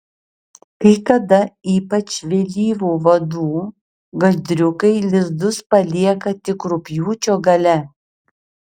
kai kada ypač vėlyvų vadų gandriukai lizdus palieka tik rugpjūčio gale